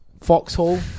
foxhole